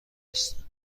نیستند